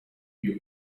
you